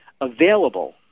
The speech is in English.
available